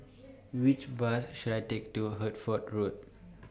Which Bus should I Take to Hertford Road